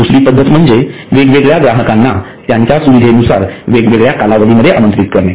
दुसरी पद्धत म्हणजे वेगवेगळ्या ग्राहकांना त्यांच्या सुविधेनुसार वेगवेगळ्या कालावधीमध्ये आमंत्रित करणे